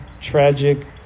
tragic